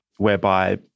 whereby